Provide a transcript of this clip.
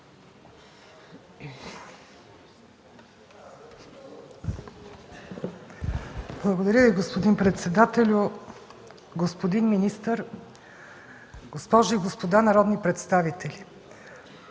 Благодаря, господин председател. Господин министър, госпожи и господа народни представители!